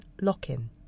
lock-in